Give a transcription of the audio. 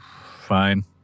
Fine